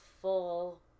full